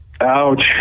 Ouch